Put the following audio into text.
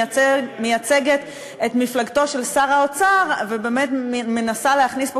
שמייצגת את מפלגתו של שר האוצר ובאמת מנסה להכניס פה